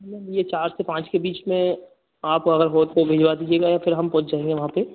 ma'am यह चार से पाँच के बीच में आप अगर हो तो भिजवा दीजिएगा या फिर हम पहुँच जायेंगे वहाँ पर